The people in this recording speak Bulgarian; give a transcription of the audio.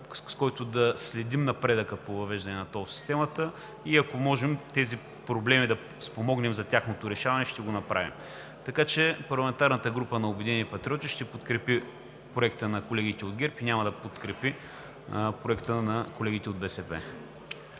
с който да следим напредъка по въвеждане на тол системата и ако можем да спомогнем за решаването на проблемите, ще го направим. Парламентарната група на „Обединени патриоти“ ще подкрепи Проекта на колегите от ГЕРБ и няма да подкрепи Проекта на колегите от БСП.